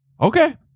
Okay